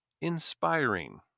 inspiring